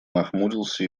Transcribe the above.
нахмурился